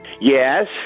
Yes